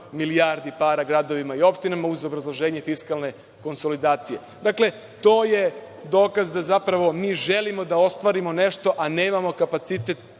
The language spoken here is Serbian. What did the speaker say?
milijardi para gradovima i opština uz obrazloženje fiskalne konsolidacije. Dakle, to je dokaz da zapravo mi želimo da ostvarimo nešto, a nemamo kapacitet